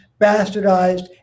bastardized